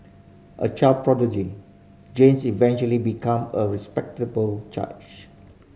a child prodigy James eventually became a respectable judge